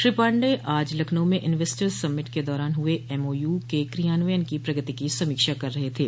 श्री पाण्डेय आज लखनऊ में investors summit के दौरान हुए एमओयू के क्रियान्वयन की प्रगति की समीक्षा कर रहे थे